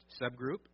subgroup